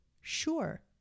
Sure